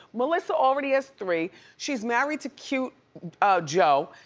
melissa already has three. she's married to cute joe.